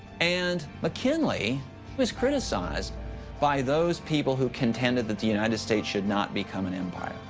and mckinley was criticized by those people who contended that the united states should not become an empire.